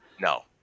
No